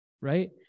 Right